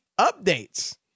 updates